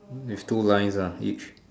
with two lines ah each